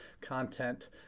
content